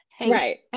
Right